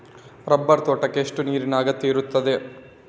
Rubber ತೋಟಕ್ಕೆ ಎಷ್ಟು ನೀರಿನ ಅಗತ್ಯ ಇರುತ್ತದೆ?